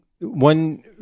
one